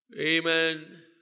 Amen